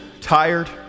tired